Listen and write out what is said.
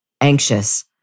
anxious